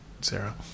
Sarah